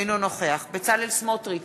אינו נוכח בצלאל סמוטריץ,